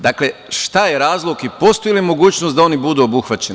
Dakle, šta je razlog i postoji li mogućnost da oni budu obuhvaćeni?